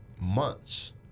months—